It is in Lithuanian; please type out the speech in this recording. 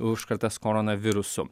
užkratas koronavirusu